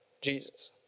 Jesus